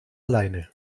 alleine